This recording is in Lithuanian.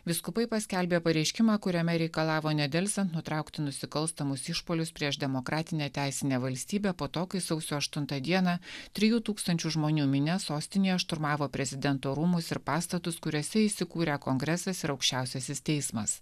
vyskupai paskelbė pareiškimą kuriame reikalavo nedelsiant nutraukti nusikalstamus išpuolius prieš demokratinę teisinę valstybę po to kai sausio aštuntą dieną trijų tūkstančių žmonių minia sostinėje šturmavo prezidento rūmus ir pastatus kuriuose įsikūrę kongresas ir aukščiausiasis teismas